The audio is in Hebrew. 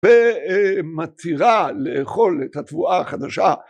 במתירה לאכול את התבואה החדשה